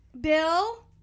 Bill